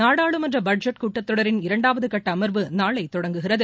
நாடாளுமன்ற பட்ஜெட் கூட்டத்தொடரின் இரண்டாவது கட்ட அமர்வு நாளை தொடங்குகிறது